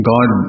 God